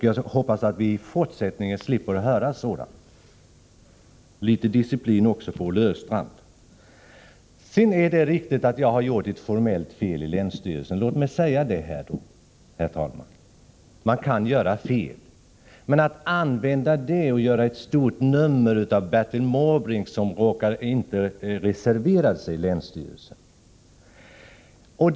Jag hoppas att vi i fortsättningen slipper höra sådant. Litet disciplin också från Olle Östrand alltså! Det är riktigt att jag gjort ett formellt fel i länsstyrelsen — låt mig säga det, herr talman! Man kan göra fel. Olle Östrand gör ett stort nummer av att Bertil Måbrink inte reserverat sig i länsstyrelsen.